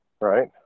Right